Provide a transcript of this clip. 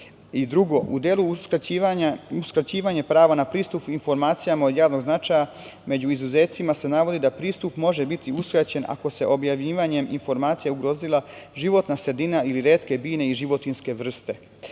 u delu uskraćivanja prava na pristup informacijama od javnog značaja među izuzecima se navodi da pristup može biti uskraćen ako bi se objavljivanjem informacija ugrozila životna sredina ili retke biljne i životinjske vrste. Jedan